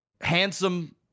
handsome